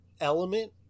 element